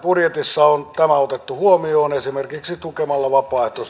täällä on tämä otettu huomioon esimerkiksi tukemallavapautus